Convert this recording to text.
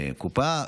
קופה,